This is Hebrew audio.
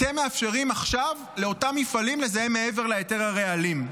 ואתם מאפשרים עכשיו לאותם מפעלים לזהם מעבר להיתר הרעלים.